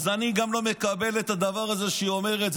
אני גם לא מקבל את הדבר הזה שהיא אומרת.